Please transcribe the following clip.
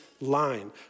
line